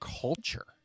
culture